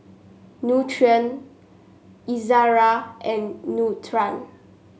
Nutren Ezerra and Nutren